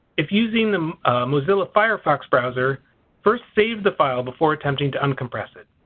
if using the mozilla firefox browser first save the file before attempting to uncompress it.